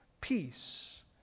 peace